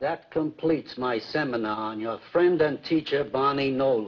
that completes my seminar on your friend and teacher bonnie no